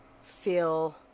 feel